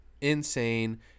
insane